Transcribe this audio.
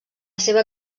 seva